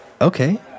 Okay